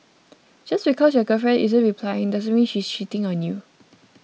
just because your girlfriend isn't replying doesn't mean she's cheating on you